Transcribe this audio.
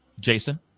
Jason